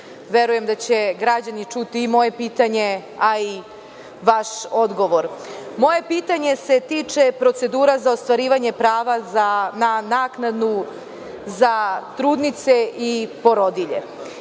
verujem da će građani čuti i moje pitanje, a vaš odgovor. Moje pitanje se tiče procedura za ostvarivanje prava za naknadu za trudnice i porodilje.